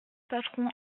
patron